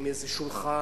עם איזה שולחן.